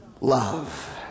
love